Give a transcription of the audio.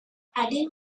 adding